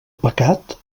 pecat